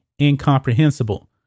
incomprehensible